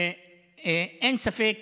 ואין ספק